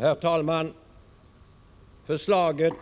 Herr talman! Förslaget